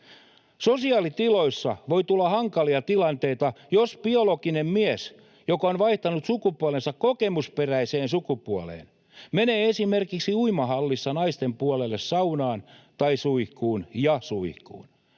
Sosiaalitiloissa voi tulla hankalia tilanteita, jos biologinen mies, joka on vaihtanut sukupuolensa kokemusperäiseen sukupuoleen, menee esimerkiksi uimahallissa naisten puolelle saunaan ja suihkuun. Uskon